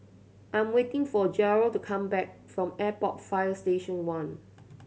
I'm waiting for Jairo to come back from Airport Fire Station One